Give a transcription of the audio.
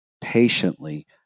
patiently